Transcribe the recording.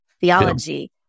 theology